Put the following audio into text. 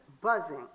buzzing